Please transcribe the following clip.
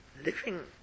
Living